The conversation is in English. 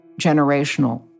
generational